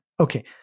Okay